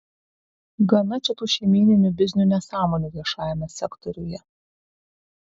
gana čia tų šeimyninių biznių nesąmonių viešajame sektoriuje